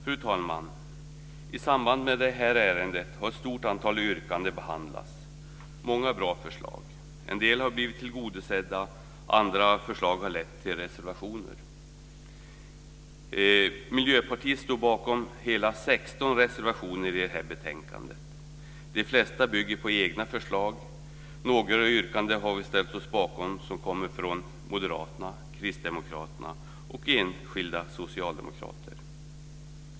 Fru talman! I samband med det här ärendet har ett stort antal yrkanden behandlats. Det är många bra förslag. En del har blivit tillgodosedda, andra förslag har lett till reservationer. Miljöpartiet står bakom hela 16 reservationer i betänkandet. De flesta bygger på egna förslag. Några yrkanden som vi ställt oss bakom kommer från moderaterna, kristdemokraterna och enskilda socialdemokrater.